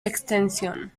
extensión